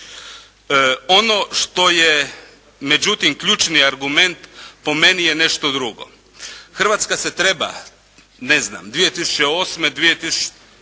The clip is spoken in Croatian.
Ono što je međutim ključni argument, po meni je nešto drugo. Hrvatska se treba ne znam 2008., 2009.